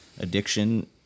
addiction